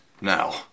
Now